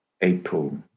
April